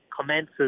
commences